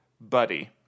Buddy